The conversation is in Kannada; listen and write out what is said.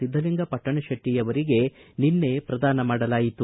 ಸಿದ್ದಲಿಂಗ ಪಟ್ಟಣಶೆಟ್ಟ ಅವರಿಗೆ ನಿನ್ನೆ ಪ್ರದಾನ ಮಾಡಲಾಯಿತು